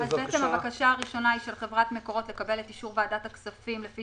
הבקשה הראשונה היא של חברת מקורות לקבל את אישור ועדת הכספים לפי